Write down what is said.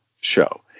show